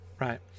right